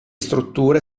strutture